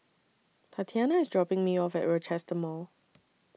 Tatianna IS dropping Me off At Rochester Mall